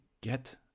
get